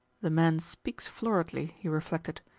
the man speaks floridly, he reflected,